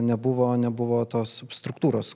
nebuvo nebuvo tos struktūros